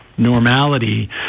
Normality